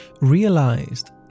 realized